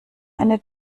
eine